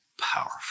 powerful